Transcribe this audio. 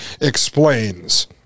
explains